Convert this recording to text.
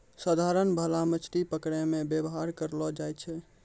साधारण भाला मछली पकड़ै मे वेवहार करलो जाय छै